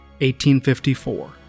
1854